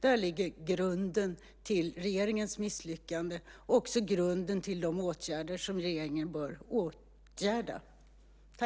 Där ligger grunden till regeringens misslyckande och också grunden till de åtgärder som regeringen bör vidta.